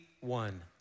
one